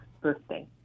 birthday